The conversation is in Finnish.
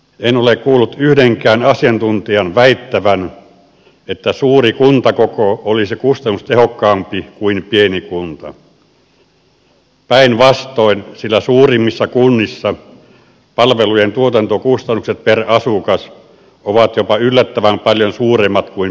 en ole kuullut yhdenkään asiantuntijan väittävän että suuri kuntakoko olisi kustannustehokkaampi kuin pieni kunta päinvastoin sillä suurimmissa kunnissa palvelujen tuotantokustannukset per asukas ovat jopa yllättävän paljon suuremmat kuin pienemmissä